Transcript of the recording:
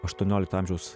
aštuoniolikto amžiaus